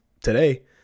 today